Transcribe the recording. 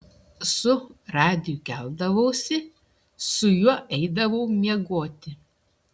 su radiju keldavausi su juo eidavau miegoti